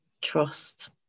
trust